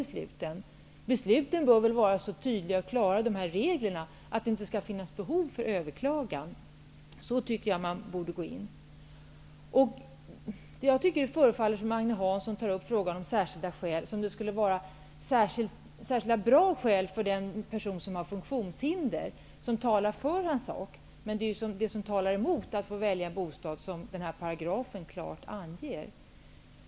Reglerna bör väl vara så tydliga och klara att det inte skall finnas något behov av överklagande. Så tycker jag att man borde gå till väga. Det förefaller mig som om Agne Hansson tar upp frågan om särskilda skäl som om det skulle vara skäl som är särskilt bra för den som har funktionshinder, skäl som talar för hans sak. Men det är skäl som talar emot att få välja bostad som den här paragrafen klart anger.